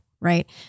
Right